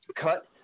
cut